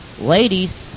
ladies